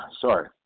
Sorry